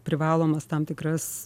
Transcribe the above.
privalomas tam tikras